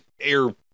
Air